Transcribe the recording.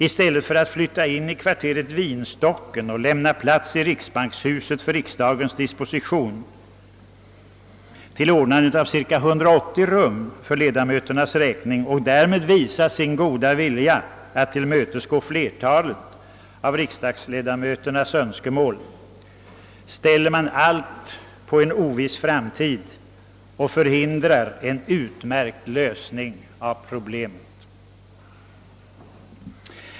I stället för att flytta in i kvarteret Vinstocken och i riksbankshuset lämna utrymme till riksdagens disposition för att ordna cirka 180 rum för ledamöternas räkning och därmed visa sin goda vilja att tillmötesgå flertalet av riksdagsledamöternas önskemål, ställer man allt på en oviss framtid och förhindrar en utmärkt lösning av problemet.